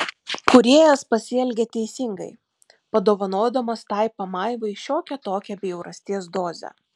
kūrėjas pasielgė teisingai padovanodamas tai pamaivai šiokią tokią bjaurasties dozę